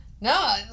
No